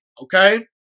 okay